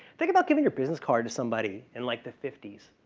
think about getting your business card to somebody in like the fifty s.